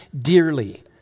dearly